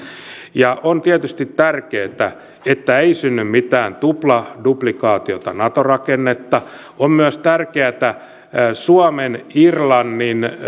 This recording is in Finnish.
ja on tietysti tärkeätä että ei synny mitään duplikaatiota nato rakennetta on myös tärkeätä suomen irlannin